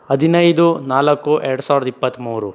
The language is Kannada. ಹದಿನೈದು ನಾಲ್ಕು ಎರಡು ಸಾವ್ರದ ಇಪ್ಪತ್ತ್ಮೂರು